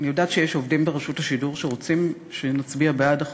אני יודעת שיש עובדים ברשות השידור שרוצים שנצביע בעד החוק.